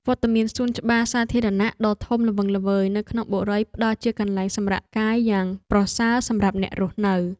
វត្តមានសួនច្បារសាធារណៈដ៏ធំល្វឹងល្វើយនៅក្នុងបុរីផ្តល់ជាកន្លែងសម្រាកកាយយ៉ាងប្រសើរសម្រាប់អ្នករស់នៅ។